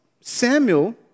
Samuel